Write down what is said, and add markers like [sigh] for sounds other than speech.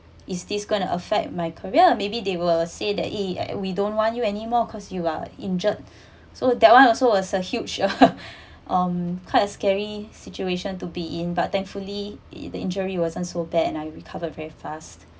is this going to affect my career maybe they will say that eh we don't want you anymore cause you are injured so that one also was a huge [laughs] um quite a scary situation to be in but thankfully it the injury wasn't so bad and I recovered very fast